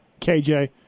KJ